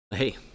Hey